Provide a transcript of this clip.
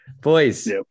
Boys